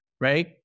right